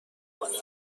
مادران